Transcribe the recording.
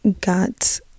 got